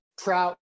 Trout